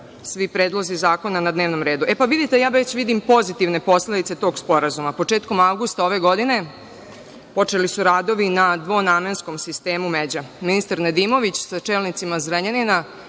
svi predlozi zakona na dnevnom redu. E, pa, vidite, ja već vidim pozitivne posledice tog sporazuma. Početkom avgusta ove godine počeli su radovi na dvonamenskom sistemu Međa. Ministar Nedimović, sa čelnicima Zrenjanina,